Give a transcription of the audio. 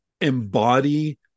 embody